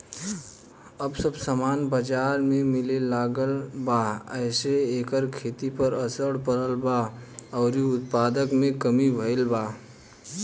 अब सब सामान बजार में मिले लागल बा एसे एकर खेती पर असर पड़ल बा अउरी उत्पादन में कमी भईल बा